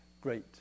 great